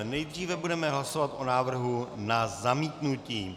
Nejdříve budeme hlasovat o návrhu na zamítnutí.